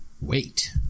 wait